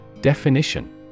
Definition